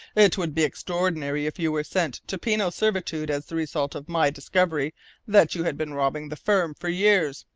it would be extraordinary if you were sent to penal servitude as the result of my discovery that you had been robbing the firm for years,